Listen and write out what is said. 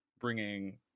bringing